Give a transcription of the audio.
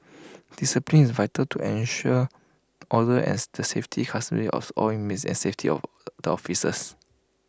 discipline is vital to ensure order and the safety custody of all inmates and safety of the officers